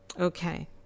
Okay